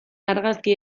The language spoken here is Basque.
argazki